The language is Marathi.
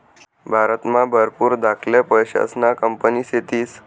भारतमा भरपूर धाकल्या पैसासन्या कंपन्या शेतीस